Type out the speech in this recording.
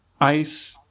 ice